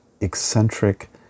eccentric